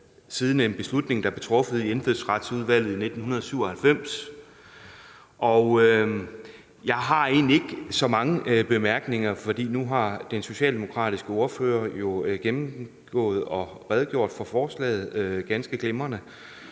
efter en beslutning, der blev truffet i Indfødsretsudvalget i 1997, og jeg har egentlig ikke så mange bemærkninger. For nu har den socialdemokratiske ordfører jo redegjort for og ganske glimrende